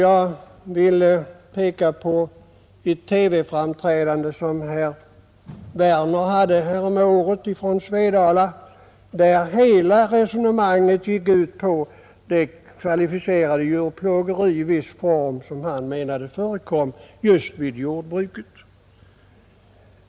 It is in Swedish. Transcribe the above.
Jag vill erinra om ett TV-framträdande som herr Werner gjorde häromåret från Svedala. Hela resonemanget gick där ut på att kvalificerat djurplågeri i viss form enligt hans mening förekom just i jordbruket.